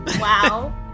Wow